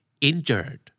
injured